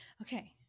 Okay